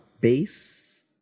base